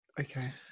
Okay